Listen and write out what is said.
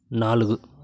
నాలుగు